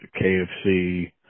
KFC